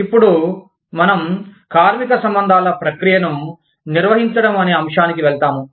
ఇప్పుడు మనం కార్మిక సంబంధాల ప్రక్రియను నిర్వహించడం అనే అంశానికి వెళ్తాము